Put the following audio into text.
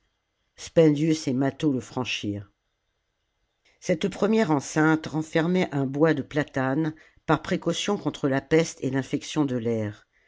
spendius et mâtho le franchirent cette première enceinte renfermait un bois de platanes par précaution contre la peste et l'infection de l'air